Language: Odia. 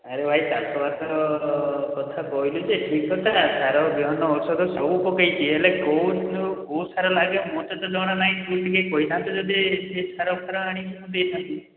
ଆରେ ଭାଇ ଚାଷ ବାସର କଥା କହିଲୁ ଯେ ଠିକ୍ କଥା ସାର ବିହନ ଔଷଧ ସବୁ ପକେଇଚି ହେଲେ କେଉଁଠୁ କେଉଁ ସାର ଲାଗେ ମୋତେ ତ ଜଣା ନାହିଁ ତୁ ଟିକେ କହିଥାନ୍ତୁ ଯଦି ସେ ସାର ଫାର ଆଣିକି ମୁଁ ଦେଇଥାନ୍ତି